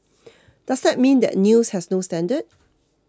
does that mean that news has no standard